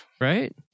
right